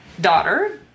daughter